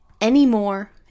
anymore